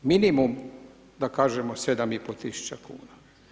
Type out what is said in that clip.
Minimum da kažemo 7.500 kuna.